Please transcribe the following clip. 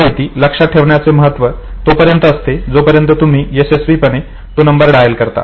ही माहिती लक्षात ठेवण्याचे महत्त्व तोपर्यंतच असते जोपर्यंत तुम्ही यशस्वी पणे तो नंबर डायल करता